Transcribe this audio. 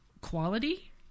quality